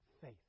faith